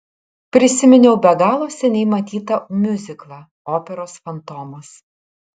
prisiminiau be galo seniai matytą miuziklą operos fantomas